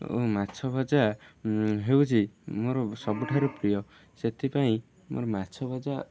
ଓ ମାଛ ଭଜା ହେଉଛି ମୋର ସବୁଠାରୁ ପ୍ରିୟ ସେଥିପାଇଁ ମୋର ମାଛ ଭଜା